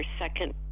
second